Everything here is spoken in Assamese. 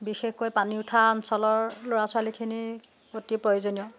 বিশেষকৈ পানী উঠা অঞ্চলৰ ল'ৰা ছোৱালীখিনিৰ অতি প্ৰয়োজনীয়